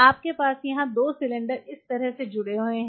आपके पास यहां दो सिलेंडर इस तरह जुड़े हुए हैं